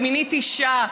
ומינית אישה.